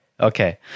Okay